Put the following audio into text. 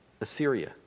Assyria